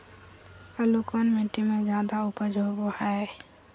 आलू कौन मिट्टी में जादा ऊपज होबो हाय?